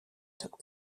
took